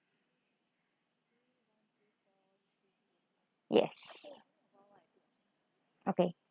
yes okay